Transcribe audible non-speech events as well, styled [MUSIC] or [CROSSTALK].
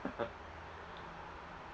[LAUGHS]